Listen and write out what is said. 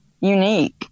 unique